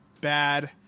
bad